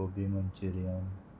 gobi Manchurian